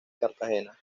cartagena